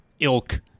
ilk